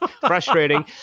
Frustrating